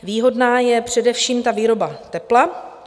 Výhodná je především ta výroba tepla.